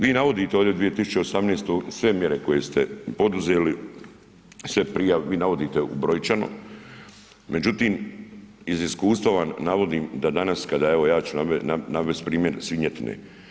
Vi navodite ovdje 2018. sve mjere koje ste poduzeli, sve prijave, vi navodite brojčano, međutim iz iskustva vam navodim da danas kada evo ja ću vam navesti primjer svinjetine.